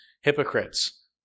hypocrites